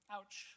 Ouch